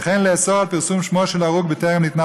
וכן לאסור את פרסום שמו של הרוג בטרם ניתנה